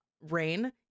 Rain